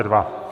2.